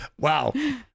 Wow